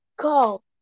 Call